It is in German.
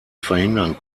verhindern